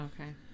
Okay